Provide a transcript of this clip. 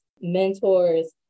mentors